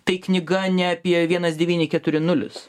tai knyga ne apie vienas devyni keturi nulis